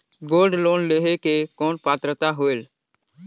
Gold loan लेहे के कौन पात्रता होएल?